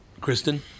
Kristen